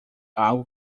algo